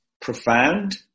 profound